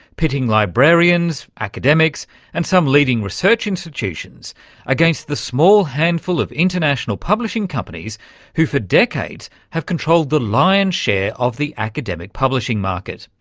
pitting librarians, academics and some leading research institutions against the small handful of international publishing companies who for decades have controlled the lion's share of the academic publishing market,